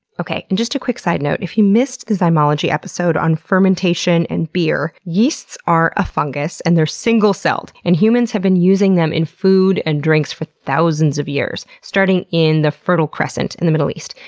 and just a quick side note if you missed the zymology episode on fermentation and beer, yeasts are a fungus, and they're single celled, and humans have been using them in food and drinks for thousands of years, starting in the fertile crescent in the middle east.